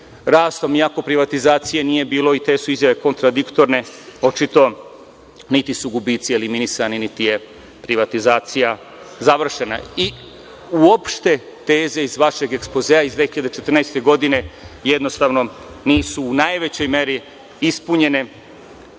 rastom, iako privatizacije nije bilo i te su izjave kontradiktorne, očito niti su gubici eliminisani, niti je privatizacija završena. Uopšte teze iz vašeg ekspozea iz 2014. godine jednostavno nisu u najvećoj meri ispunjene,